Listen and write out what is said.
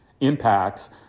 impacts